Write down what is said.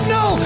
no